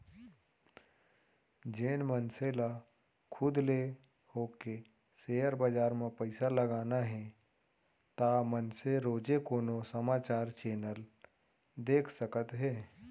जेन मनसे ल खुद ले होके सेयर बजार म पइसा लगाना हे ता मनसे रोजे कोनो समाचार चैनल देख सकत हे